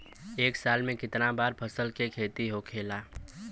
एक साल में कितना बार फसल के खेती होखेला?